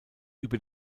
über